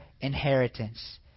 inheritance